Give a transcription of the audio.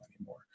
anymore